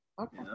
okay